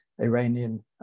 Iranian